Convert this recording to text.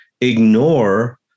ignore